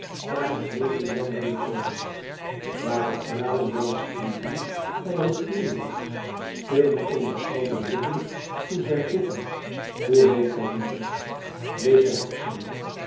naar het medelijdende gelaat waar de tranen langs vloeiden en een glimlach speelde om de oude lippen toen zij vroegen hoe heet gij lieve lize